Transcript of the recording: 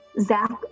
Zach